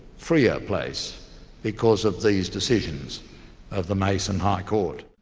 freer place because of these decisions of the mason high court?